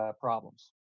problems